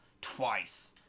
twice